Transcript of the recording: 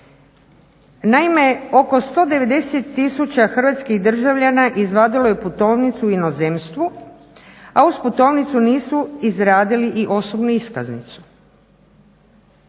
Naime, oko 190 tisuća hrvatskih državljana izvadilo je putovnicu u inozemstvu, a uz putovnicu nisu izradili i osobnu iskaznicu.